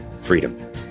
freedom